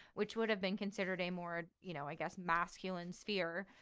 which would have been considered a more you know i guess, masculine sphere,